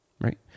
Right